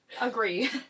agree